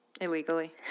illegally